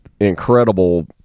incredible